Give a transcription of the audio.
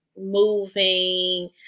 moving